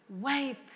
Wait